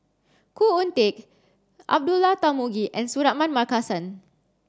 Khoo Oon Teik Abdullah Tarmugi and Suratman Markasan